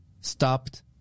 stopped